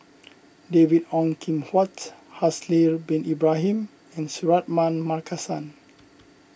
David Ong Kim Huat Haslir Bin Ibrahim and Suratman Markasan